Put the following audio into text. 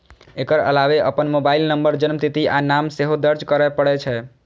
एकर अलावे अपन mobile number, जन्मतिथि आ नाम सेहो दर्ज करय पड़ै छै